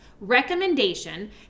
recommendation